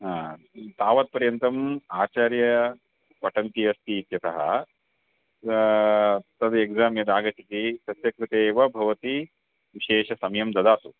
हा तावत्पर्यन्तम् आचार्य पठन्ती अस्ति इत्यतः तद् एक्साम् यदा आगच्छति तस्य कृते एव भवती विशेषं समयं ददातु